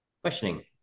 questioning